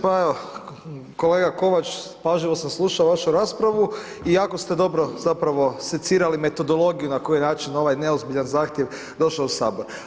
Pa evo, kolega Kovač, pažljivo sam slušao vašu raspravu i jako ste dobro zapravo secirali metodologiju na koji način je ovaj neozbiljan zahtjev došao u Sabor.